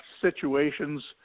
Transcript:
situations